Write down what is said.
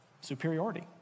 superiority